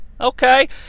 Okay